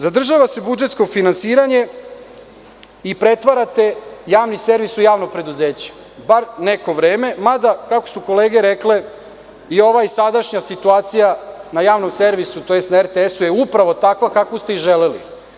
Zadržava se budžetsko finansiranje i pretvarate javni servis u javno preduzeće, bar neko vreme, mada, kako su kolege rekle, i ova sadašnja situacija na javnom servisu, tj. na RTS je upravo takva kakvu ste i želeli.